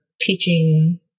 teaching